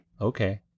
okay